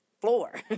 floor